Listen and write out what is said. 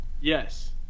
Yes